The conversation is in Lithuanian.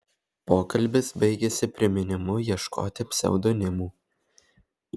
pokalbis baigėsi priminimu ieškoti pseudonimų